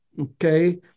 okay